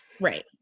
right